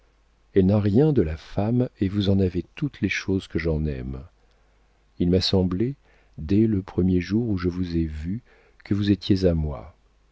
elle n'a rien de la femme et vous en avez toutes les choses que j'en aime il m'a semblé dès le premier jour où je vous ai vue que vous étiez à moi